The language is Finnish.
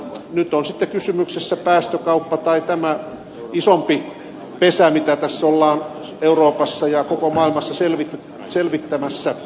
nyt on sitten kysymyksessä päästökauppa tai tämä isompi pesä mitä tässä ollaan euroopassa ja koko maailmassa selvittämässä